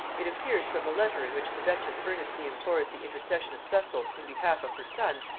it appears from a letter in which the duchess earnestly implores the intercession of cecil in behalf of her son,